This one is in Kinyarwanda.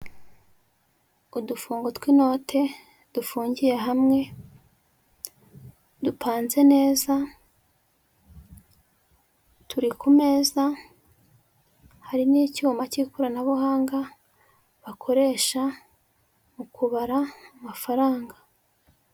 Udufungo tw'inote, dufungiye hamwe, dupanze neza, turi ku meza, hari n'icyuma cy'ikoranabuhanga, bakoresha mu kubara amafaranga.